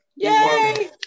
Yay